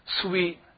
sweet